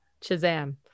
Shazam